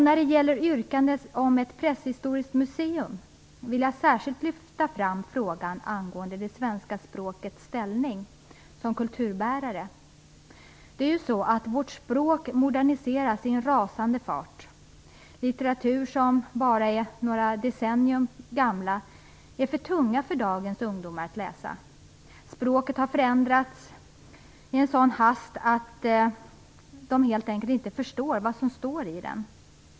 När det gäller yrkandet om ett presshistoriskt museum vill jag särskilt lyfta fram frågan om det svenska språkets ställning som kulturbärare. Vårt språk moderniseras i en rasande fart. Litteratur som är bara några decennier gamla är för tunga för dagens ungdomar att läsa. Språket har förändrats i en sådan hast att de helt enkelt inte förstår vad som står i den.